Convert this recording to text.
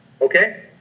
Okay